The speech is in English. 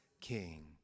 king